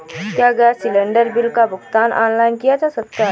क्या gas cylinder bill का भुगतान ऑनलाइन किया जा सकता है?